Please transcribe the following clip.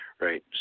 Right